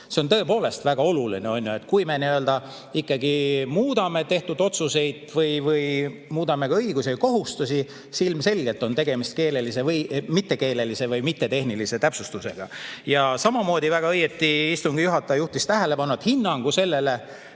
See on tõepoolest väga oluline. Kui me muudame tehtud otsuseid või muudame õigusi ja kohustusi, siis ilmselgelt on tegemist mittekeelelise või mittetehnilise täpsustusega. Ja samamoodi väga õigesti istungi juhataja juhtis tähelepanu, et hinnangu sellele,